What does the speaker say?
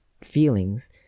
feelings